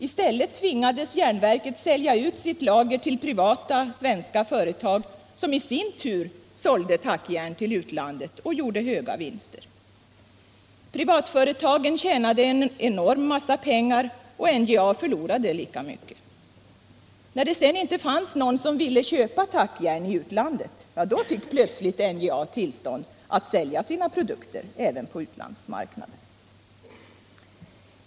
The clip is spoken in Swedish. I stället tvingades järnverket sälja ut sitt lager till privata, svenska företag, som i sin tur sålde tackjärn till utlandet och gjorde höga vinster. Privatföretagen tjänade en enorm massa pengar och NJA förlorade lika mycket. När det sedan inte fanns någon som ville köpa tackjärn i utlandet fick plötsligt NJA tillstånd att sälja sina produkter även på utlandsmarknaden.